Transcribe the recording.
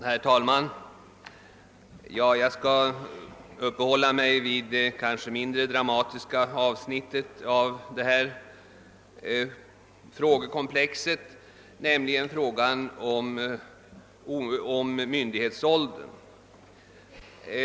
Herr talman! Jag skall uppehålla mig vid det kanske mindre dramatiska avsnittet av detta frågekomplex, nämligen frågan om myndighetsåldern.